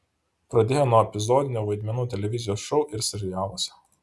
pradėjo nuo epizodinių vaidmenų televizijos šou ir serialuose